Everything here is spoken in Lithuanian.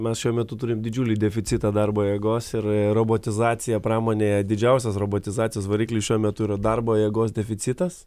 mes šiuo metu turim didžiulį deficitą darbo jėgos ir ir robotizacija pramonėje didžiausias robotizacijos variklis šiuo metu yra darbo jėgos deficitas